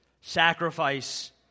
sacrifice